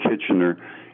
Kitchener